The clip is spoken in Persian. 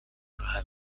روحل